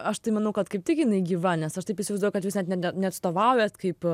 aš tai manau kad kaip tik jinai gyva nes aš taip įsivaizduoju kad jūs net ne neatstovaujat kaip